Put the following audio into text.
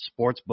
sportsbook